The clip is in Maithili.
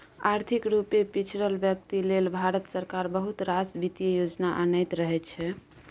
आर्थिक रुपे पिछरल बेकती लेल भारत सरकार बहुत रास बित्तीय योजना अनैत रहै छै